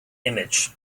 image